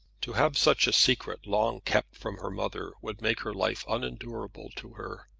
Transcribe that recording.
to have such a secret long kept from her mother would make her life unendurable to her.